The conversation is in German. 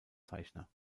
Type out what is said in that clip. zeichner